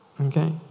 Okay